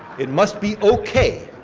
it must be okay,